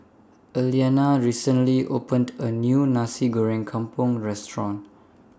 Alaina recently opened A New Nasi Goreng Kampung Restaurant